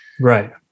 right